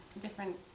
different